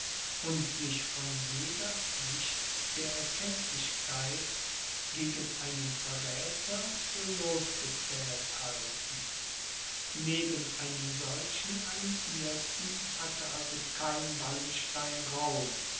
und sich von jeder pflicht der erkenntlichkeit gegen einen verräther für losgezählt halten neben einem solchen alliierten hatte also kein wallenstein raum